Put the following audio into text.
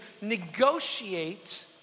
negotiate